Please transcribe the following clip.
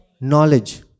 knowledge